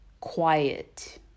quiet